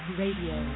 radio